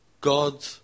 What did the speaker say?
God